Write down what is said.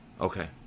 Okay